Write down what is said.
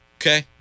Okay